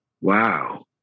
Wow